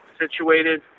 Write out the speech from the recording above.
situated